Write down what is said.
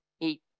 eat